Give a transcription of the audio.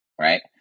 right